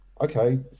okay